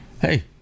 Hey